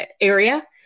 area